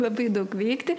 labai daug veikti